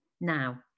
Now